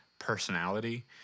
personality